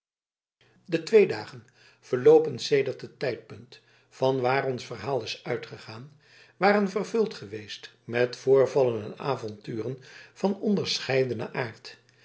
de twee dagen verloopen sedert het tijdpunt van waar ons verhaal is uitgegaan waren vervuld geweest met voorvallen en avonturen van onderscheidenen aard